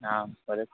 आं वदतु